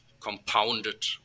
compounded